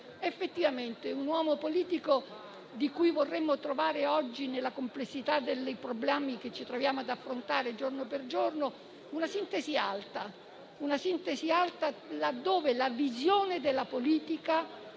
effettivamente un uomo politico di cui vorremmo trovare oggi - nella complessità dei problemi che dobbiamo affrontare giorno per giorno - una sintesi alta, laddove la visione della politica non fa